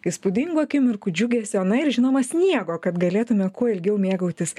įspūdingų akimirkų džiugesio na ir žinoma sniego kad galėtume kuo ilgiau mėgautis